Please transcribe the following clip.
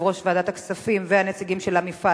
יושב-ראש ועדת הכספים והנציגים של המפעל